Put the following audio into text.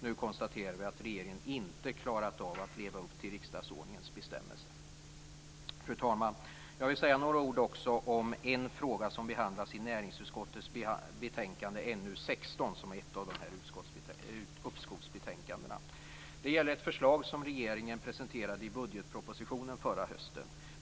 Nu konstaterar vi att regeringen inte klarat av att leva upp till riksdagsordningens bestämmelser. Fru talman! Jag vill också säga några ord om en fråga som behandlas i näringsutskottets betänkande NU16, som är ett av de här uppskovsbetänkandena. Det gäller ett förslag som regeringen presenterade i budgetpropositionen förra hösten.